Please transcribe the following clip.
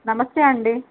నమస్తే అండి